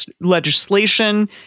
legislation